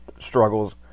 struggles